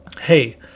Hey